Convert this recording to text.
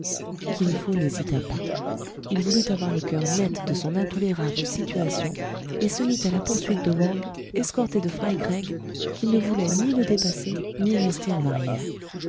kin fo n'hésita pas il voulut avoir le coeur net de son intolérable situation et se mit à la poursuite de wang escorté de fry craig qui ne voulaient ni le dépasser ni rester en arrière